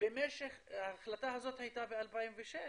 ההחלטה הזאת הייתה ב-2006,